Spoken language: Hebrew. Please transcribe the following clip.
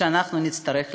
שאנחנו נצטרך לעשות.